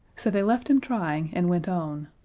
so they left him trying, and went on.